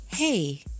Hey